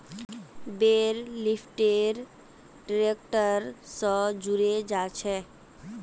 बेल lifter tractor स जुड़े जाछेक